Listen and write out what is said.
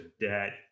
debt